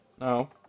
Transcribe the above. No